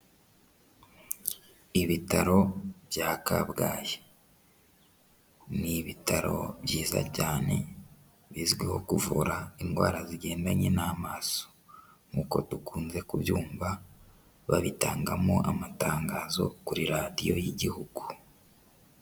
Ibitaro bya Kabgayi: ni ibitaro byiza cyane bizwiho kuvura indwara zigendanye n'amaso, nk'ukodukunze kubyumva babitangamo amatangazo kuri radiyo y'igihugu.